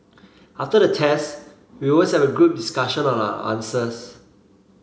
after the test we always have a group discussion on our answers